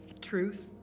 truth